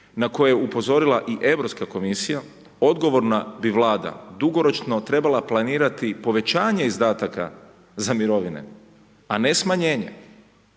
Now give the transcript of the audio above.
na koje je upozorila i Europska komisija, odgovorna bi Vlada dugoročno trebala planirati povećanje izdataka za mirovine a ne smanjenje.